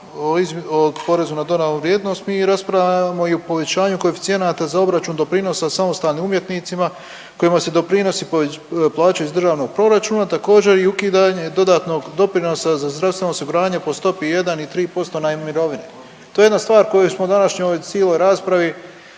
o porezu na dodanu vrijednost mi raspravljamo i o povećanju koeficijenata za obračun doprinosa samostalnim umjetnicima kojima se doprinosi plaćaju iz državnog proračuna također i ukidanje dodatnog doprinosa za zdravstveno osiguranje po stopi jedan i tri posto na mirovine. To je jedna stvar koju smo današnjoj cijeloj ovoj raspravi